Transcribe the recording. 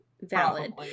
valid